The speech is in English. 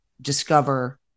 discover